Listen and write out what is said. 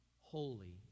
holy